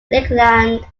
lakeland